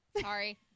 sorry